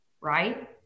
right